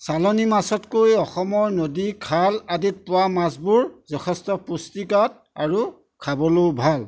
চালানী মাছতকৈ অসমৰ নদী খাল আদিত পোৱা মাছবোৰ যথেষ্ট পুষ্টিকাৰক আৰু খাবলৈও ভাল